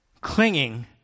clinging